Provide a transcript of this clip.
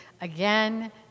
again